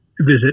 visit